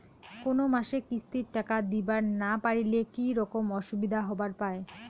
কোনো মাসে কিস্তির টাকা দিবার না পারিলে কি রকম অসুবিধা হবার পায়?